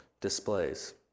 displays